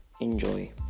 Enjoy